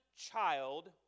child